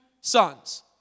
sons